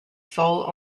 sole